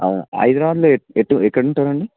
హైదరాబాద్లో ఎ ఎటు ఎక్కడ ఉంటారండి